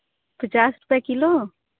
पचास रुपये किलो